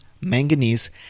manganese